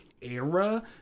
era